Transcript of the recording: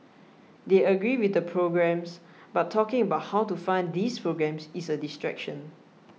they agree with the programmes but talking about how to fund these programmes is a distraction